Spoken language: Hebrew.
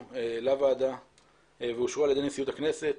לוועדה ואושרו על ידי נשיאות הכנסת.